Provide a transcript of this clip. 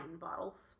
bottles